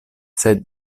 sed